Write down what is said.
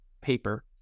paper